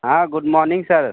हाँ good morning sir